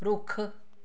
ਰੁੱਖ